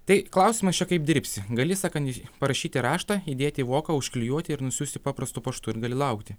tai klausimas čia kaip dirbsi gali sakant parašyti raštą įdėti į voką užklijuoti ir nusiųsti paprastu paštu ir gali laukti